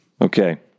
Okay